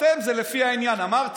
אתם זה לפי העניין, אמרתי.